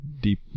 Deep